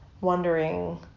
wondering